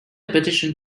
petition